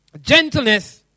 Gentleness